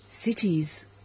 Cities